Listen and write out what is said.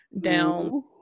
down